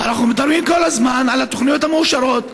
אנחנו מדברים כל הזמן על התוכניות המאושרות,